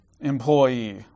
employee